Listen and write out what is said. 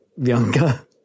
younger